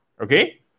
Okay